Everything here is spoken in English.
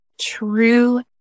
true